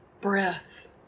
breath